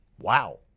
Wow